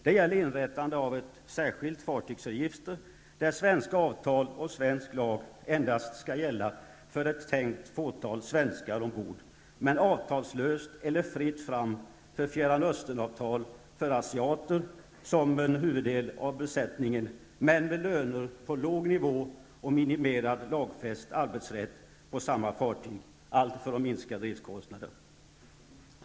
Det gäller inrättande av ett särskilt fartygsregister där svenska avtal och svensk lag endast skall gälla för ett tänkt fåtal svenskar ombord, men där det skall vara avtalslöst eller fritt fram för fjärranösternavtal för de asiater som utgör huvuddelen av besättningen men med löner på låg nivå och minimerad lagfäst arbetsrätt på samma fartyg, allt för att minska driftskostnader.